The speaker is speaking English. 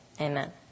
amen